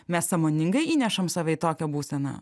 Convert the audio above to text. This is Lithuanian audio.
mes sąmoningai įnešam save į tokią būseną